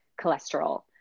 cholesterol